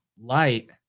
light